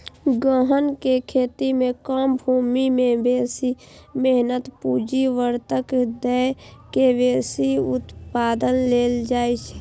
गहन खेती मे कम भूमि मे बेसी मेहनत, पूंजी, उर्वरक दए के बेसी उत्पादन लेल जाइ छै